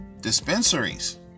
dispensaries